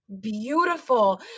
beautiful